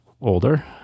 older